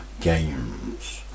games